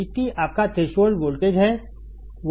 VT आपका threshold voltage है